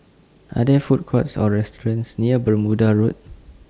Are There Food Courts Or restaurants near Bermuda Road